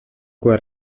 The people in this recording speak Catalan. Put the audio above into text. cua